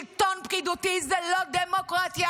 שלטון פקידותי זה לא דמוקרטיה,